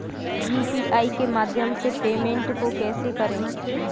UPI के माध्यम से पेमेंट को कैसे करें?